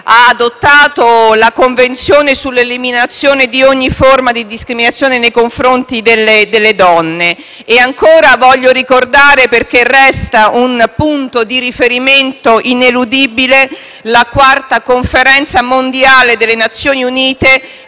ha adottato la convenzione sull'eliminazione di ogni forma di discriminazione nei confronti delle donne. E ancora, voglio ricordare - perché resta un punto di riferimento ineludibile - la quarta conferenza mondiale delle Nazioni Unite